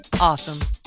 awesome